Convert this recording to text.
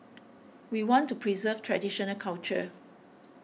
we want to preserve traditional culture